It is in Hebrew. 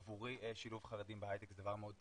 עבורי, שילוב חרדים בהייטק זה דבר מאוד טבעי,